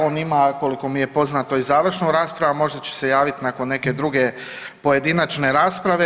On ima, koliko mi je poznato, i završnu raspravu, a možda će se javit nakon neke druge pojedinačne rasprave.